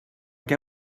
què